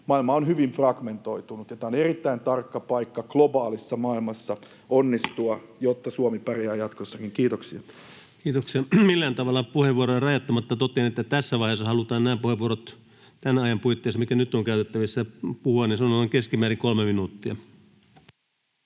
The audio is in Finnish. Maailma on hyvin fragmentoitunut, ja tämä on erittäin tarkka paikka globaalissa maailmassa onnistua, jotta Suomi pärjää jatkossakin. — Kiitoksia. Kiitoksia. — Millään tavalla puheenvuoroja rajoittamatta totean, että jos tässä vaiheessa halutaan nämä puheenvuorot tämän ajan puitteissa, mikä nyt on käytettävissä, puhua, niin se on keskimäärin noin kolme minuuttia.